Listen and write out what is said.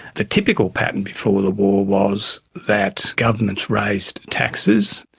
the typical pattern before the war was that governments raised taxes,